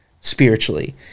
spiritually